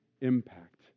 impact